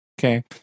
Okay